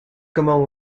como